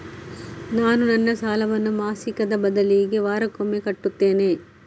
ನಾನು ನನ್ನ ಸಾಲವನ್ನು ಮಾಸಿಕದ ಬದಲಿಗೆ ವಾರಕ್ಕೊಮ್ಮೆ ಕಟ್ಟುತ್ತೇನೆ